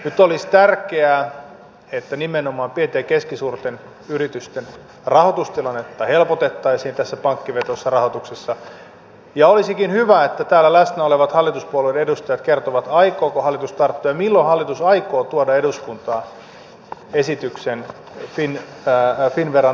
nyt olisi tärkeää että nimenomaan pienten ja keskisuurten yritysten rahoitustilannetta helpotettaisiin tässä pankkivetoisessa rahoituksessa ja olisikin hyvä että täällä läsnä olevat hallituspuolueiden edustajat kertoisivat aikooko hallitus tarttua asiaan ja milloin hallitus aikoo tuoda eduskuntaan esityksen finnveran uuden juniorilainaohjelman perustamisesta